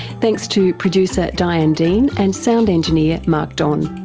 thanks to producer diane dean and sound engineer mark don.